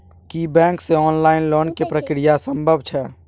की bank से online loan के प्रक्रिया संभव छै?